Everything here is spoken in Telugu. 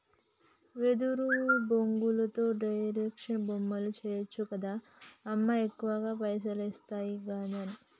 వెదురు బొంగులతో డెకరేషన్ బొమ్మలు చేయచ్చు గదా అమ్మా ఎక్కువ పైసలొస్తయి గదనే